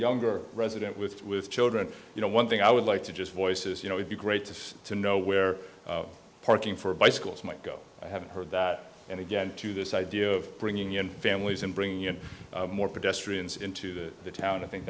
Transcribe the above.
younger resident with with children you know one thing i would like to just voices you know would be great to to know where parking for bicycles might go i haven't heard that and again to this idea of bringing in families and bringing in more pedestrians into the town i think